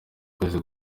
kwezi